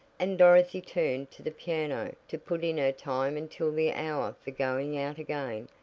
and dorothy turned to the piano to put in her time until the hour for going out again,